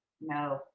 No